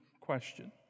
question